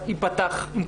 אבל